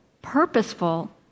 purposeful